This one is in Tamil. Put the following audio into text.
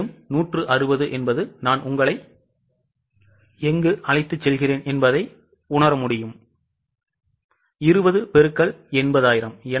மேலும் 160 நான் உங்களை மீண்டும் இங்கு அழைத்துச் செல்வேன் என்பதை நீங்கள் உணருவீர்கள் 20 பெருக்கல் 80000